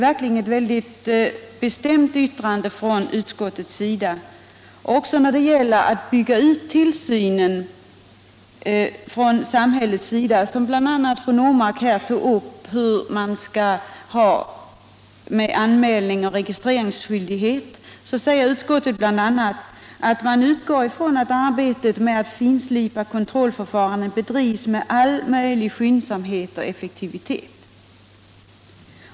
Utskottet har verkligen också uttalat sig mycket bestämt när det gäller en utbyggnad av samhällets tillsyn på detta område, något som togs upp bl.a. av fru Normark, om en anmälningsoch registreringsskyldighet. Utskottet säger bl.a. att det utgår från ”att arbetet med att ytterligare finslipa kontrollförfarandet i enlighet med utvecklingens krav bedrivs med all möjlig skyndsamhet och effektivitet”.